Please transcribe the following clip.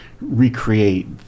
recreate